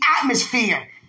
atmosphere